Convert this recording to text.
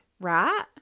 right